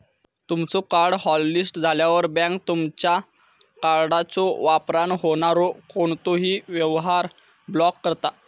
तुमचो card hotlist झाल्यावर, bank तुमचा कार्डच्यो वापरान होणारो कोणतोही व्यवहार ब्लॉक करता